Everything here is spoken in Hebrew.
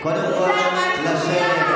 גזענות.